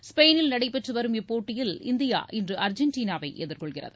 ஸ்பெயினில் நடைபெற்று வரும் இப்போட்டியில் இந்தியா இன்று அர்ஜெண்டினாவை எதிர்கொள்கிறது